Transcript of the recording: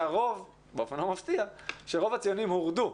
שהרוב, באופן לא מפתיע, רוב הציונים הורדו,